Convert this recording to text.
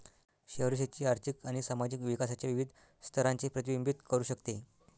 शहरी शेती आर्थिक आणि सामाजिक विकासाच्या विविध स्तरांचे प्रतिबिंबित करू शकते